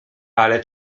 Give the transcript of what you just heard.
ale